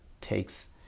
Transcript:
takes